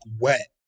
wet